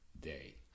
day